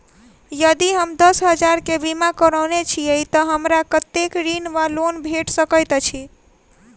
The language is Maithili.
यदि हम दस हजार केँ बीमा करौने छीयै तऽ हमरा कत्तेक ऋण वा लोन भेट सकैत अछि?